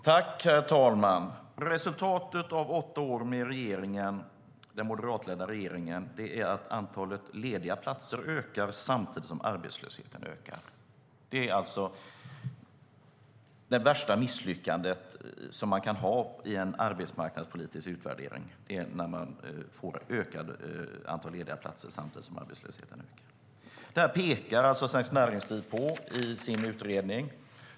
Herr talman! Resultatet av åtta år med den moderatledda regeringen är att antalet lediga platser ökar samtidigt som arbetslösheten ökar. Det är alltså det värsta misslyckande som man kan uppnå i en arbetsmarknadspolitisk utvärdering, att antalet lediga platser ökar samtidigt som arbetslösheten ökar. Detta pekar Svenskt Näringsliv på i sin utredning.